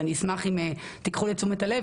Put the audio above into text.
אני אשמח אם תקחו לתשומת הלב.